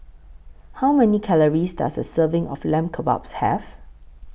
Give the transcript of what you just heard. How Many Calories Does A Serving of Lamb Kebabs Have